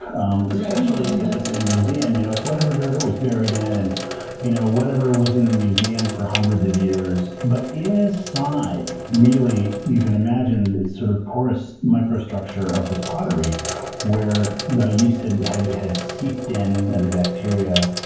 um especially if it's in a museum, you know, it's whatever dirt it was buried in and you know whatever was in the museum for hundreds of years. but inside, really, you can imagine the sort of porous microstructure of this pottery where the yeast had had seeped in, and the bacteria,